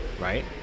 right